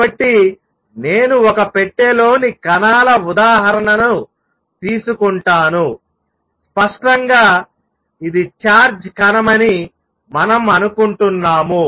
కాబట్టి నేను ఒక పెట్టెలోని కణాల ఉదాహరణను తీసుకుంటాను స్పష్టంగా ఇది చార్జ్డ్ కణమని మనం అనుకుంటున్నాము